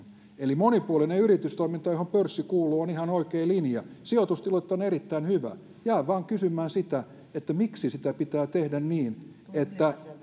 eli monipuolinen yritystoiminta johon pörssi kuuluu on ihan oikea linja sijoitustili on erittäin hyvä jään vain kysymään sitä miksi se pitää tehdä niin että on